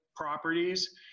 properties